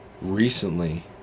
recently